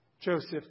Joseph